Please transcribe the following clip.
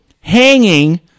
hanging